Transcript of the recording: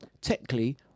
technically